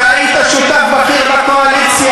אתה היית שותף בכיר בקואליציה.